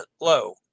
low